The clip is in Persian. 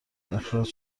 اخراج